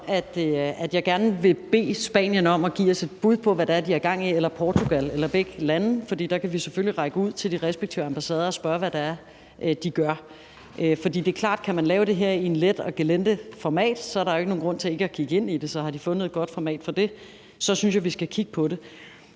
altså Spanien og Portugal, om at give os et bud på, hvad det er, de har gang i. For der kan vi selvfølgelig række ud til de respektive ambassader og spørge, hvad det er, de gør. For det er klart, at kan man lave det her i et let og gelinde format, er der ikke nogen grund til ikke at kigge ind i det. Så har de fundet et godt format for det, synes jeg, vi skal kigge på det.